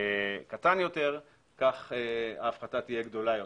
קטן יותר כך ההפחתה תהיה גדולה יותר,